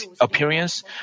Appearance